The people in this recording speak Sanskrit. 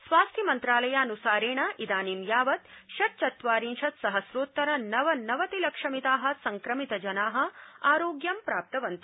स्वास्थ्य मन्त्रालयानुसारेण इदानीं यावत् षड् चत्वार्रिशत् सहस्रोत्तर नवनवति लक्षमिता संक्रमितजना आरोग्यं प्राप्तवन्त